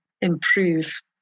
improve